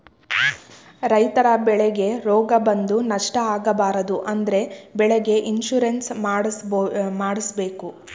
ರೈತರ ಬೆಳೆಗೆ ರೋಗ ಬಂದು ನಷ್ಟ ಆಗಬಾರದು ಅಂದ್ರೆ ಬೆಳೆಗೆ ಇನ್ಸೂರೆನ್ಸ್ ಮಾಡ್ದಸ್ಸಬೇಕು